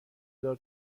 دار